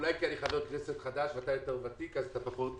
אולי אני חבר כנסת חדש ואתה יותר ותיק אז אתה פחות